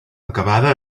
acabada